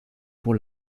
pour